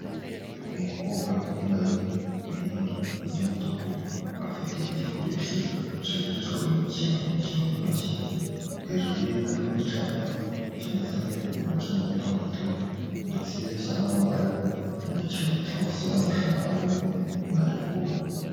Umukobwa wambaye imyenda y'umutuku afite igikoresho cyifashishwa mu gukina umukino w'intoki, hejuru ye hariho icyapa cyanditseho bibiri na cumi na gatandatu, ndetse bisa n'aho ariho umukino cyangwa se amarushanwa arimo kuba.